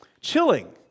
Chilling